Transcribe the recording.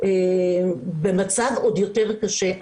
במצב עוד יותר קשה.